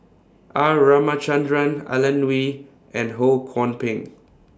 R Ramachandran Alan Oei and Ho Kwon Ping